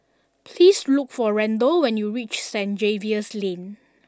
please look for Randall when you reach Stain Xavier's Lane